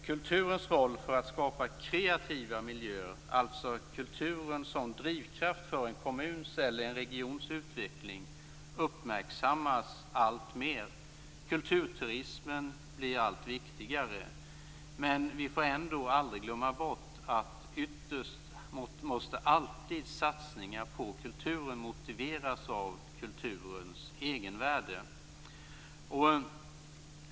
Kulturens roll för att skapa kreativa miljöer, alltså kulturen som drivkraft för en kommuns eller en regions utveckling, uppmärksammas alltmer. Kulturturismen blir allt viktigare. Men vi får ändå aldrig glömma bort att ytterst måste alltid satsningar på kulturen motiveras av kulturens egenvärde.